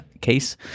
case